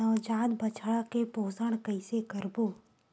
नवजात बछड़ा के पोषण कइसे करबो?